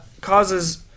causes